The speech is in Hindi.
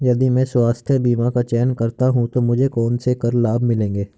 यदि मैं स्वास्थ्य बीमा का चयन करता हूँ तो मुझे कौन से कर लाभ मिलेंगे?